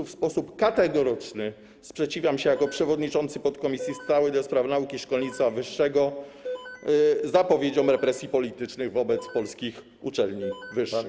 W sposób kategoryczny sprzeciwiam się jako przewodniczący podkomisji stałej do spraw nauki i szkolnictwa wyższego zapowiedziom represji politycznych wobec polskich uczelni wyższych.